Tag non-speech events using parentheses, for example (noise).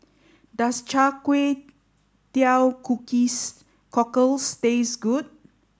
does Char Kway Teow (unintelligible) Cockles taste good